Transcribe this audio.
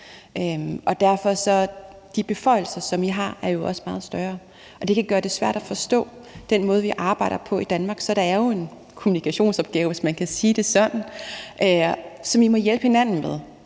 Derfor er de beføjelser, som I har, jo også meget større, og det kan gøre det svært at forstå den måde, vi arbejder på i Danmark. Så der er jo en kommunikationsopgave, hvis man kan sige det sådan, som vi må hjælpe hinanden med.